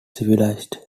civilized